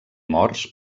morts